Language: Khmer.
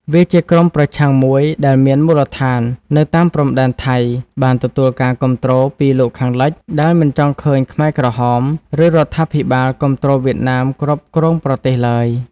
វាជាក្រុមប្រឆាំងមួយដែលមានមូលដ្ឋាននៅតាមព្រំដែនថៃ បានទទួលការគាំទ្រពីលោកខាងលិច ដែលមិនចង់ឃើញខ្មែរក្រហម ឬរដ្ឋាភិបាលគាំទ្រវៀតណាមគ្រប់គ្រងប្រទេសឡើយ។